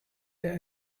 der